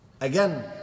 Again